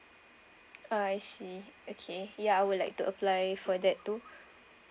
ah I see okay ya I would like to apply for that too